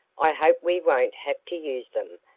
i hope we won't have to use them,